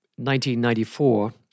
1994